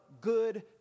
good